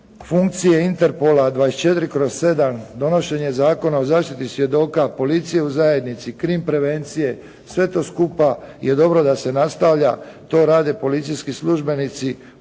funkcije Interpola 24/7, donošenje Zakona o zaštiti svjedoka, policije u zajednici, krim prevencije. Sve to skupa je dobro da se nastavlja, to rade policijski službenici,